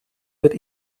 wird